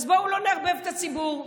אז בואו לא נערבב את הציבור.